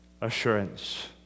assurance